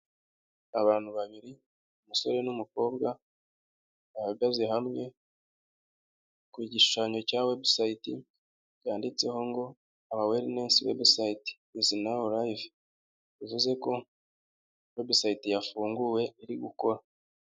Abantu babiri umusore n'umukobwa bahagaze hamwe, ku gishushanyo cya webusayite byanditseho ngo awa werinesi webusayite, izi nawu, live bivuze ko webusayite yafunguwe iri gukora.